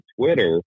Twitter